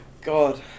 God